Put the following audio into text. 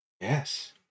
Yes